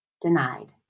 Denied